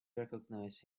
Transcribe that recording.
recognize